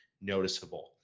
noticeable